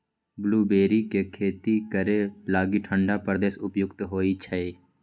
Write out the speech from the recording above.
blueberry के खेती करे लागी ठण्डा प्रदेश उपयुक्त होइ छै